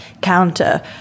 counter